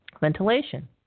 Ventilation